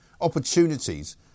opportunities